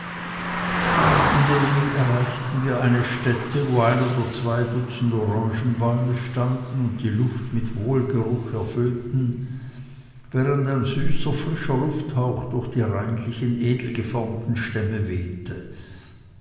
indem erreichten wir eine stätte wo ein oder zwei dutzend orangenbäume standen und die luft mit wohlgeruch erfüllten während ein süßer frischer lufthauch durch die reinlichen edelgeformten stämme wehte